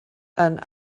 and